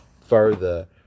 further